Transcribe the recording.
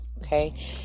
Okay